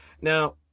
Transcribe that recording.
now